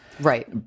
right